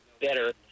better